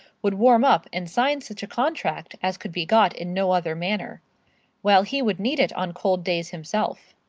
would warm up and sign such a contract as could be got in no other manner while he would need it on cold days himself.